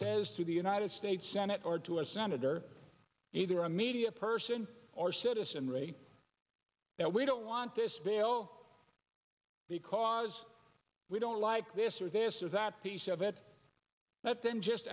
says to the united states senate or to a senator either a media person or citizenry that we don't want this veil because we don't like this or this is that piece of it that then just